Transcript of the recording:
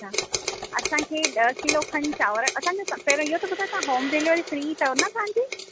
अच्छा असांखे ॾह किलो खनि चांवर असांजो पहिरियों इहो त ॿुधायो तव्हां होम डिलिवरी फ्री अथव न तव्हांजी